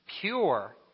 Pure